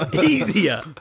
Easier